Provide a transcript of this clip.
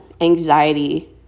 anxiety